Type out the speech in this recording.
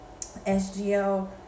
SGL